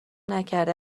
نکرده